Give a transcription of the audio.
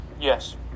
Yes